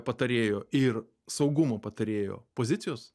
patarėjo ir saugumo patarėjo pozicijos